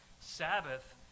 Sabbath